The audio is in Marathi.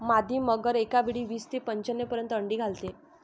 मादी मगर एकावेळी वीस ते पंच्याण्णव पर्यंत अंडी घालते